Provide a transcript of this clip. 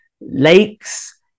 lakes